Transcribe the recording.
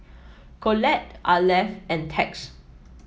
Colette Arleth and Tex